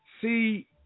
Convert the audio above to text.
See